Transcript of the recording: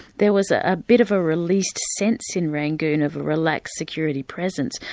there was ah a bit of a released sense in rangoon of a relaxed security presence.